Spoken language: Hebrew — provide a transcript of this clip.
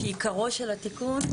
שעיקרו של התיקון,